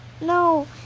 No